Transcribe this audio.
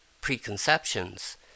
preconceptions